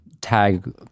tag